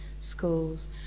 schools